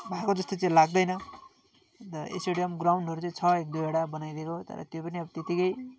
भएको जस्तो चाहिँ लाग्दैन अन्त स्टेडियम ग्राउन्डहरू चाहिँ छ एक दुईवटा बनाइदिएको तर त्यो पनि अब त्यतिकै